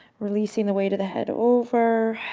releasing the weight of the head over.